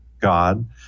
god